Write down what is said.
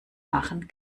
machen